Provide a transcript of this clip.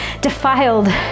defiled